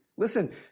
Listen